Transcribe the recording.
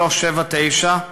3379,